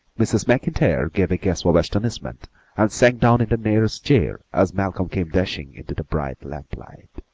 mrs. maclntyre gave a gasp of astonishment and sank down in the nearest chair as malcolm came dashing into the bright lamplight.